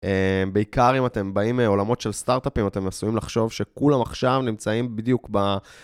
בעיקר אם אתם באים מעולמות של סטארט-אפים, אתם עשויים לחשוב שכולם עכשיו נמצאים בדיוק ב...